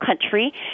country